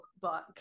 Book